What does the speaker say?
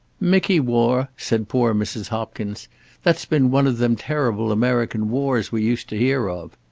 mickey war! said poor mrs. hopkins that's been one of them terrible american wars we used to hear of.